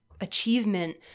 achievement